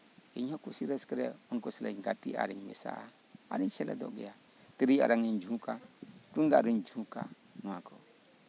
ᱤᱧᱦᱚᱸ ᱠᱩᱥᱤ ᱨᱟᱹᱥᱠᱟᱹ ᱨᱮ ᱩᱱᱠᱩ ᱥᱟᱞᱟᱜ ᱤᱧ ᱜᱟᱛᱮᱜᱼᱟ ᱟᱨᱤᱧ ᱢᱮᱥᱟᱜᱼᱟ ᱟᱨᱤᱧ ᱥᱮᱞᱮᱫᱚᱜ ᱜᱮᱭᱟ ᱛᱤᱨᱳ ᱚᱨᱚᱝ ᱤᱧ ᱡᱷᱩᱠᱼᱟ ᱛᱩᱢᱫᱟᱜ ᱨᱩᱧ ᱡᱷᱩᱠᱼᱟ ᱱᱚᱶᱟ ᱠᱚ